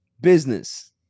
Business